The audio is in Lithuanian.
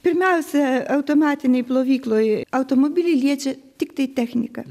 pirmiausia automatinėj plovykloj automobilį liečia tiktai technika